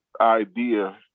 idea